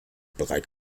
bereit